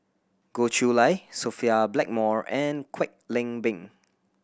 Goh Chiew Lye Sophia Blackmore and Kwek Leng Beng